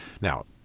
Now